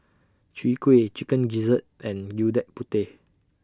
Chwee Kueh Chicken Gizzard and Gudeg Putih